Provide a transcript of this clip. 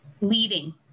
leading